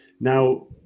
Now